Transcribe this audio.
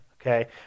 okay